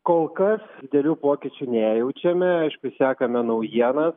kol kas didelių pokyčių nejaučiame aišku sekame naujienas